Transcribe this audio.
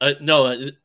No